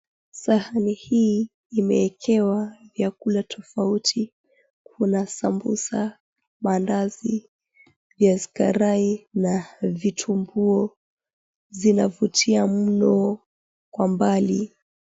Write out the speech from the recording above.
Sahani hii imeekewa vyakula tofauti kuna sambusa, maandazi, viazi karai na vitumbuo zina vutia mno kwa mbali.